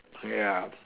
ya